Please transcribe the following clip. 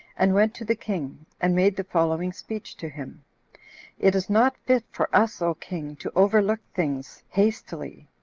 and went to the king, and made the following speech to him it is not fit for us, o king, to overlook things hastily,